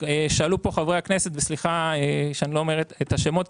שאלו פה חברי הכנסת וסליחה שאני לא אומר את השמות,